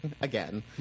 again